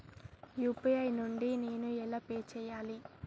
UPI నుండి నేను ఎలా పే చెయ్యాలి?